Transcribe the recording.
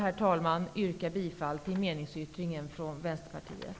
Jag yrkar alltså bifall till meningsyttringen från Vänsterpartiet.